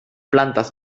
plantes